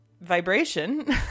vibration